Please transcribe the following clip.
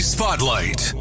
Spotlight